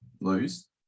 lose